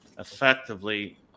effectively